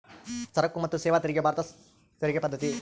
ಸರಕು ಮತ್ತು ಸೇವಾ ತೆರಿಗೆ ಭಾರತ ಸರ್ಕಾರದ ತೆರಿಗೆ ಪದ್ದತಿ